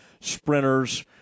sprinters